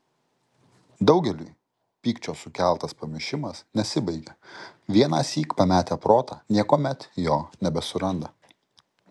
daugeliui pykčio sukeltas pamišimas nesibaigia vienąsyk pametę protą niekuomet jo nebesuranda